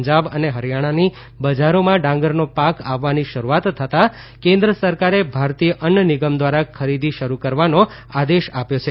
પંજાબ અને હરિયાણાની બજારોમાં ડાંગરનો પાક આવવાની શરૂઆત થતાં કેન્દ્ર સરકારે ભારતીય અન્ન નિગમ દ્વારા ખરીદી શરૂ કરવાનો આદેશ આપ્યો છે